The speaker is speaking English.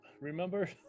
remember